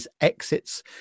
exits